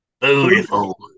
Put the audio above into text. Beautiful